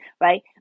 right